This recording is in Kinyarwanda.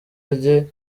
rye